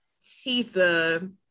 Tisa